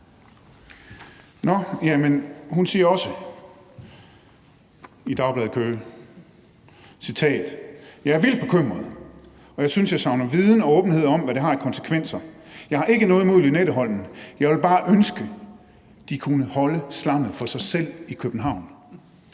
siger hun, at hun er vildt bekymret og synes, at hun savner viden og åbenhed om, hvad det har af konsekvenser. Hun har ikke noget imod Lynetteholmen, hun ville bare ønske, at de kunne holde slammet for sig selv i København.